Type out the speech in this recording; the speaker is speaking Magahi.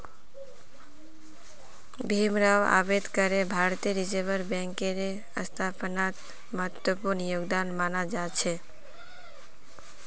भीमराव अम्बेडकरेर भारतीय रिजर्ब बैंकेर स्थापनात महत्वपूर्ण योगदान माना जा छे